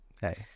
Hey